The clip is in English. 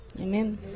Amen